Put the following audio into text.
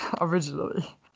originally